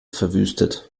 verwüstet